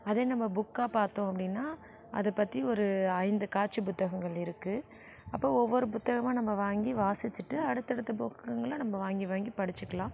அதே நம்ம புக்காக பார்த்தோம் அப்படீனா அதை பற்றி ஒரு ஐந்து காட்சி புத்தகங்கள் இருக்கு அப்போ ஒவ்வொரு புத்தகமும் நம்ம வாங்கி வாசிச்சிட்டு அடுத்தடுத்த புக்குங்களை நம்ம வாங்கி வாங்கி படிச்சுக்கலாம்